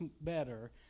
better